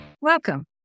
Welcome